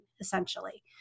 essentially